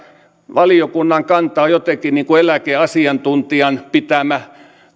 valiokunnan kanta on jotenkin niin kuin eläkeasiantuntijan pitämä